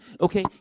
Okay